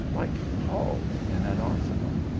like halls in an arsenal.